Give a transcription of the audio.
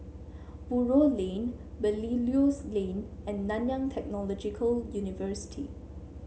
Buroh Lane Belilios Lane and Nanyang Technological University